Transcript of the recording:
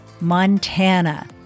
Montana